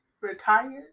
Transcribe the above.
Retired